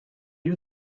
you